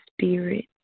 spirit